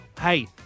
Hey